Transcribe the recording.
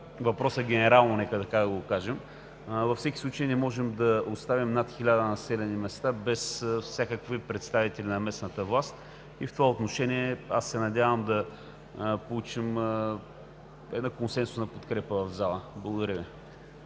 въпроса генерално, нека така да го кажем, но във всеки случай не можем да оставим над 1000 населени места без всякакви представители на местната власт. В това отношение аз се надявам да получим една консенсусна подкрепа в залата. Благодаря Ви.